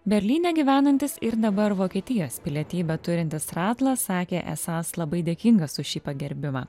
berlyne gyvenantis ir dabar vokietijos pilietybę turintis ratlas sakė esąs labai dėkingas už šį pagerbimą